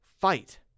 fight